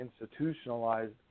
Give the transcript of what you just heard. institutionalized